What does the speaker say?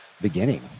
beginning